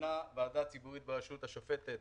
מינה ועדה ציבורית בראשותה של השופטת